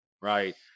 right